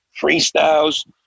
freestyles